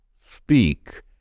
speak